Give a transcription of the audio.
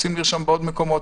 רוצים לרשום בעוד מקומות.